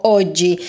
oggi